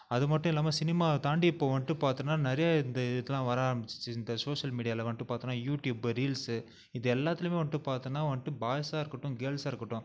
அது மட்டும் இல்லாமல் சினிமாவை தாண்டி இப்போது வந்துட்டு பார்த்தோன்னா நிறையா இந்த இதெல்லாம் வர ஆரம்பிச்சுச்சு இந்த சோஷியல் மீடியாவில் வந்துட்டு பார்த்தோன்னா யூட்யூப்பு ரீல்ஸ்ஸு இது எல்லாத்துலேயுமே வந்துட்டு பார்த்தோன்னா வந்துட்டு பாய்ஸாக இருக்கட்டும் கேர்ள்ஸாக இருக்கட்டும்